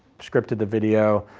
scripted the video,